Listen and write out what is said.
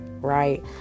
right